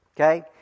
Okay